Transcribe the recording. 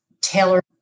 tailored